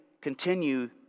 continue